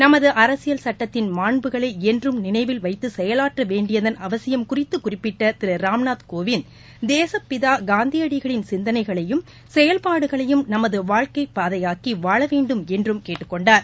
நமது அரசியல் சுட்டத்தின் மாண்புகளை என்றும் நினைவில் வைத்து செயலாற்ற வேண்டியதன் அவசியம் குறித்து குறிப்பிட்ட திரு ராம்நாத் கோவிந்த் தேசப்பிதா காந்தியடிகளின் சிந்தனைகளையும் செயல்பாடுகளையும் நமது வாழ்க்கை பாதையாக்கி வாழ வேண்டும் என்றும் கேட்டுக் கொண்டார்